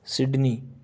Sydney